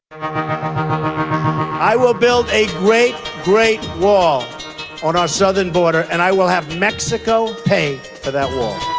ah i will build a great, great wall on our southern border, and i will have mexico pay for that wall.